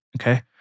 okay